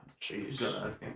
Jeez